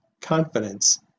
confidence